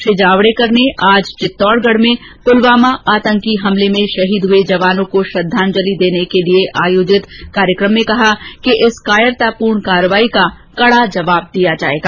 श्री जावडेकर ने आज चित्तौड़गढ में पुलवामा आतंकी हमले में शहीद हुए जवानों को श्रद्वांजलि देने के लिए आयोजित कार्यक्रम में कहा कि इस कायरतापूर्ण कार्यवाही का कड़ा जवाब दिया जाएगा